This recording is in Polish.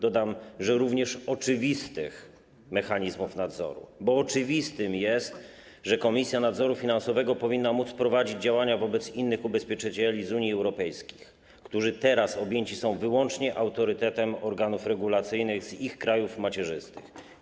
Dodam, że również oczywistych mechanizmów nadzoru, bo oczywiste jest, że Komisja Nadzoru Finansowego powinna móc prowadzić działania wobec innych ubezpieczycieli z Unii Europejskiej, którzy teraz objęci są wyłącznie autorytetem organów regulacyjnych z ich krajów macierzystych.